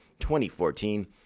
2014